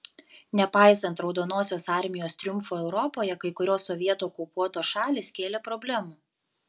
nepaisant raudonosios armijos triumfo europoje kai kurios sovietų okupuotos šalys kėlė problemų